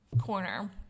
corner